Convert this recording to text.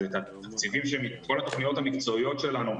אז כל התכניות המקצועיות שלנו,